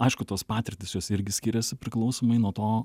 aišku tos patirtys jos irgi skiriasi priklausomai nuo to